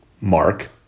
Mark